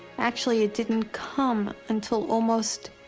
actually, it didn't come until almost